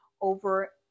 over